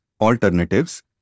alternatives